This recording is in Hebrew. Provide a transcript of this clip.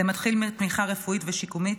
זה מתחיל מתמיכה רפואית ושיקומית,